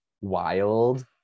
wild